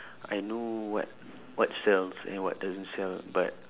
I know what what sells and what doesn't sell but